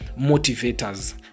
motivators